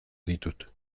ditut